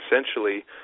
essentially